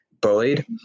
bullied